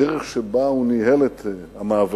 בדרך שבה הוא ניהל את המאבקים